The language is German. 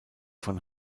von